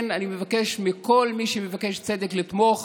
כן, אני מבקש מכל מי שמבקש צדק לתמוך